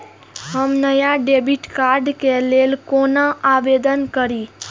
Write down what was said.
हम नया debit card के लल कौना आवेदन करि?